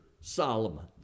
Solomon